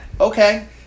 Okay